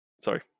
Sorry